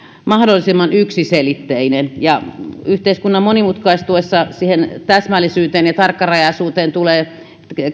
mahdollisimman yksiselitteinen ja yhteiskunnan monimutkaistuessa siihen täsmällisyyteen ja tarkkarajaisuuteen tulee